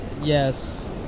Yes